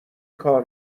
کار